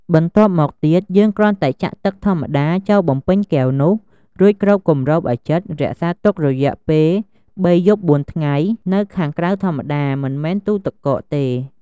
បន្ទាប់មកទៀត យើងគ្រាន់តែចាក់ទឹកធម្មតា ចូលបំពេញកែវនោះ រួចគ្របគំរបឱ្យជិត រក្សាទុករយៈពេល៣យប់ ៤ថ្ងៃ នៅខាងក្រៅធម្មតា មិនមែនទូទឹកកកទេ។